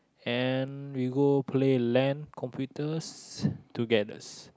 and we go play lan computers together